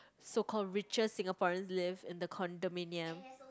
so called richer Singaporeans live in a condominium